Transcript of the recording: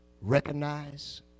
recognize